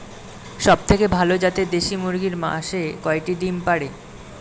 সবথেকে ভালো জাতের দেশি মুরগি মাসে কয়টি ডিম পাড়ে?